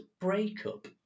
breakup